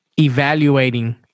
evaluating